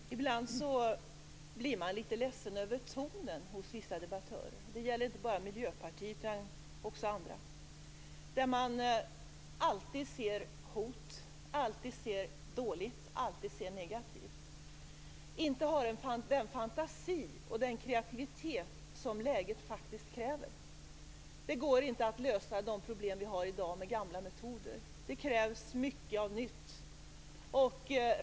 Fru talman! Ibland blir man litet ledsen över tonen hos vissa debattörer. Det gäller inte bara Miljöpartiet utan också andra. Man ser alltid hot, alltid det som är dåligt och negativt. Man har inte den fantasi och kreativitet som läget faktiskt kräver. Det går inte att lösa de problem vi har i dag med gamla metoder. Det krävs mycket nytt.